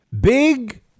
Big